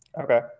okay